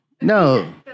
No